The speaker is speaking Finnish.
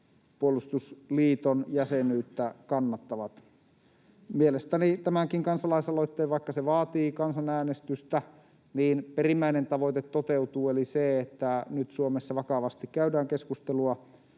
puolustusliiton jäsenyyttä kannattavat. Mielestäni tämänkin kansalaisaloitteen, vaikka se vaatii kansanäänestystä, perimmäinen tavoite toteutuu eli se, että nyt Suomessa vakavasti käydään keskustelua